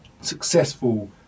successful